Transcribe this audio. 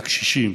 הקשישים,